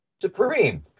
Supreme